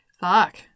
Fuck